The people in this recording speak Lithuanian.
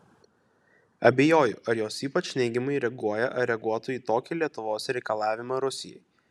abejoju ar jos ypač neigiamai reaguoja ar reaguotų į tokį lietuvos reikalavimą rusijai